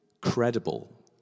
credible